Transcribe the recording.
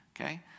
okay